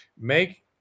make